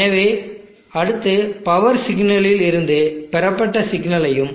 எனவே அடுத்து பவர் சிக்னலில் இருந்து பெறப்பட்ட சிக்னலையும்